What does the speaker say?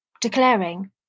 declaring